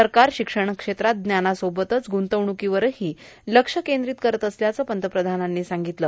सरकार शिक्षण क्षेत्रात ज्ञानासोबतच ग्रंतवणुकांवरहां लक्ष कद्रीत करत असल्याचं पंतप्रधानांनी सांगतलं